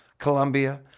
columbia,